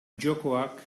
jokoak